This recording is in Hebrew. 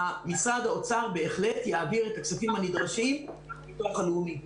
משרד האוצר בהחלט יעביר את הכספים הנדרשים לביטוח הלאומי.